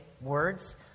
words